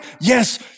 Yes